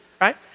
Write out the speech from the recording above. right